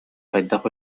хайдах